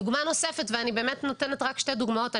דוגמה נוספת ואני באמת נותנת רק שתי דוגמאות.